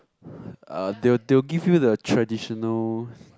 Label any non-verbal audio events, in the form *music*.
*breath* uh they'll they will give you the traditional